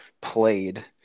played